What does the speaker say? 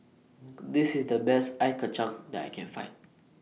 This IS The Best Ice Kacang that I Can Find